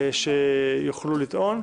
שיוכלו לענות.